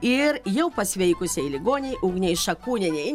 ir jau pasveikusiai ligoniai ugnei šakūnienei